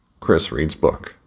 chrisreadsbook